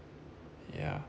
yeah